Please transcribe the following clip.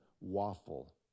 waffle